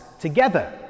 together